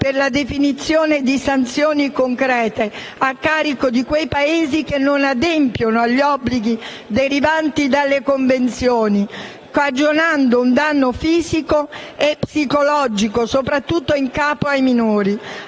per la definizione di sanzioni concrete a carico di quei Paesi che non adempiono agli obblighi derivanti dalle Convenzioni, cagionando un danno fisico e psicologico soprattutto in capo ai minori,